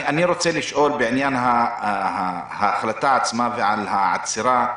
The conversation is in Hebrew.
אני רוצה לשאול בעניין ההחלטה עצמה, ועל העצירה.